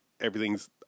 Everything's